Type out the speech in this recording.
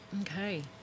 Okay